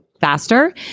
faster